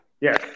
Yes